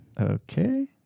Okay